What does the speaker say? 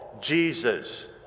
Jesus